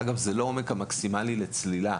שזה לא עומק המקסימאלי לצלילה,